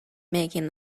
making